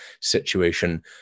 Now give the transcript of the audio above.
situation